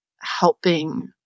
helping